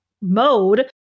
mode